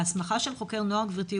ההסמכה של חוקר נוער גברתי,